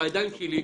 בידיים שלי,